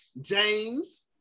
James